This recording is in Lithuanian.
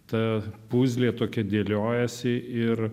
ta puzlė tokia dėliojasi ir